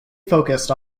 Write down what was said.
focused